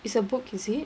it's a book is it